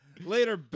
Later